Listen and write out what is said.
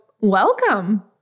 welcome